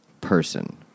person